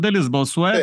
dalis balsuoj